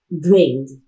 drained